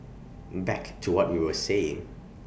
back to what we were saying